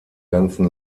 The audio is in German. ganzen